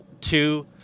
two